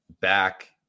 back